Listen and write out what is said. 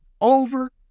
over